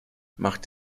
macht